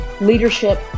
leadership